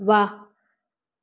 वाह